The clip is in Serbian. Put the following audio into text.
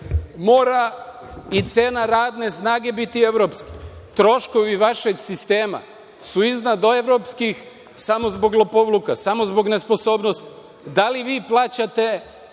mora i cena radne snage biti evropska. Troškovi vašeg sistema su iznad evropskih, samo zbog lopovluka, samo zbog nesposobnosti. Da li vi plaćate